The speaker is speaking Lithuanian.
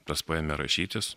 tas paėmė rašytis